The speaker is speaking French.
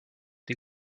des